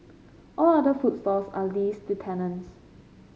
all other food stalls are leased to tenants